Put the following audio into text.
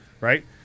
Right